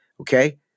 okay